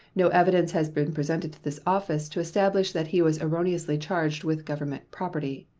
no evidence has been presented to this office to establish that he was erroneously charged with government property.